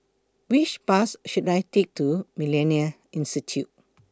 Which Bus should I Take to Millennia Institute